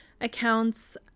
accounts